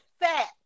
fat